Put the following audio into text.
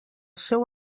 seu